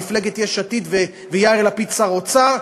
מפלגת יש עתיד ויאיר לפיד שר האוצר,